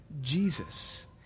Jesus